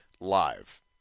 live